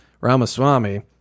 Ramaswamy